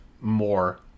more